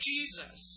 Jesus